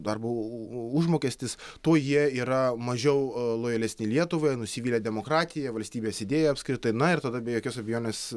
darbo užmokestis tuo jie yra mažiau lojalesni lietuvai nusivylę demokratija valstybės idėja apskritai na ir tada be jokios abejonės